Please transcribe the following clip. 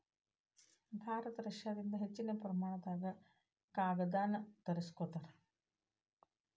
ಭಾರತ ರಷ್ಯಾದಿಂದ ಹೆಚ್ಚಿನ ಪ್ರಮಾಣದಾಗ ಕಾಗದಾನ ತರಸ್ಕೊತಾರ